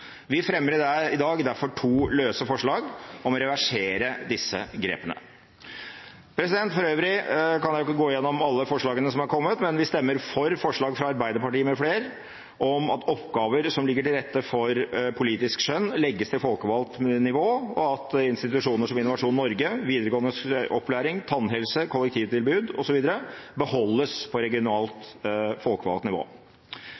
Vi fremmer i dag derfor to løse forslag om å reversere disse grepene. For øvrig kan jeg ikke gå gjennom alle forslagene som er kommet, men vi stemmer for forslag fra Arbeiderpartiet med flere om at oppgaver som legger til rette for politisk skjønn, legges til folkevalgt nivå, og at institusjoner som Innovasjon Norge, videregående opplæring, tannhelse, kollektivtilbud osv. beholdes på regionalt folkevalgt nivå.